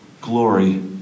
glory